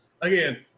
again